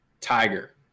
tiger